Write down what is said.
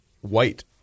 white